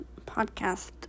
podcast